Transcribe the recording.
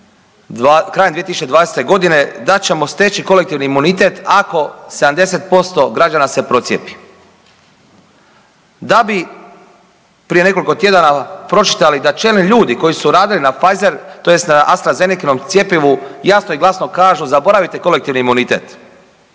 krajem 2020. godine da ćemo steći kolektivni imunitet ako 70% građana se procijepi, da bi prije nekoliko tjedana pročitali da čelni ljudi koji su radili na Pfeizer, tj. na Astrazenecinom cjepivu jasno i glasno kažu zaboravite kolektivni imunitet,